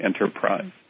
enterprise